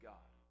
God